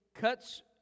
cuts